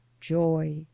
JOY